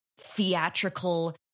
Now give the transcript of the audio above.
theatrical